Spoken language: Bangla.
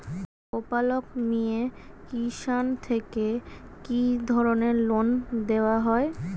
গোপালক মিয়ে কিষান থেকে কি ধরনের লোন দেওয়া হয়?